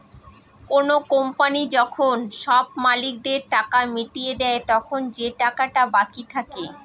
কোনো কোম্পানি যখন সব মালিকদের টাকা মিটিয়ে দেয়, তখন যে টাকাটা বাকি থাকে